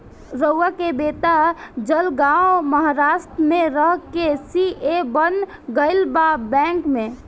रमुआ के बेटा जलगांव महाराष्ट्र में रह के सी.ए बन गईल बा बैंक में